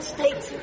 States